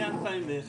מ-2001.